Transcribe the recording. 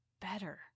better